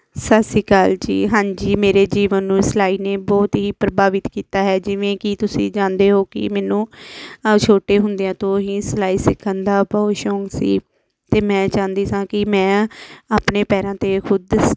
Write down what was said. ਸਤਿ ਸ਼੍ਰੀ ਅਕਾਲ ਜੀ ਹਾਂਜੀ ਮੇਰੇ ਜੀਵਨ ਨੂੰ ਸਿਲਾਈ ਨੇ ਬਹੁਤ ਹੀ ਪ੍ਰਭਾਵਿਤ ਕੀਤਾ ਹੈ ਜਿਵੇਂ ਕਿ ਤੁਸੀਂ ਜਾਣਦੇ ਹੋ ਕਿ ਮੈਨੂੰ ਅ ਛੋਟੇ ਹੁੰਦੀਆਂ ਤੋਂ ਹੀ ਸਿਲਾਈ ਸਿੱਖਣ ਦਾ ਬਹੁਤ ਸ਼ੌਂਕ ਸੀ ਅਤੇ ਮੈਂ ਚਾਹੁੰਦੀ ਸਾਂ ਕਿ ਮੈਂ ਆਪਣੇ ਪੈਰਾਂ 'ਤੇ ਖ਼ੁਦ